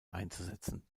einzusetzen